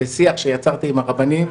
בשיח שיצרתי עם הרבנים,